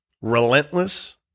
relentless